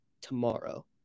tomorrow